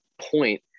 point